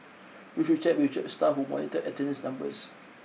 you should check with the church staff who monitored attendance numbers